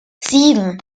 sieben